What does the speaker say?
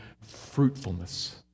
fruitfulness